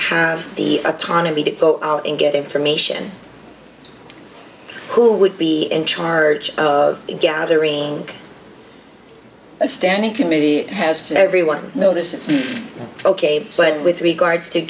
have the autonomy to go out and get information who would be in charge of the gathering and standing committee has everyone notice it's ok but with regards to